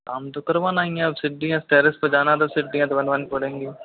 काम तो करवाना ही है सीढ़ियाँ टेरेस पे जाना है तो सीढ़ियाँ तो बनवानी पड़ेंगी